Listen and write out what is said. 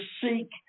seek